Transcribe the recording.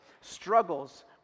struggles